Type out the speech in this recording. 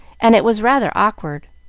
and it was rather awkward